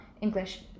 English